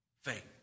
faith